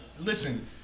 Listen